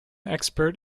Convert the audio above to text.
expert